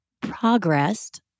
progressed